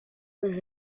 was